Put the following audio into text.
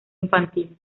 infantil